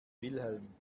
wilhelm